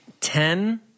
Ten